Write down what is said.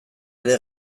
ere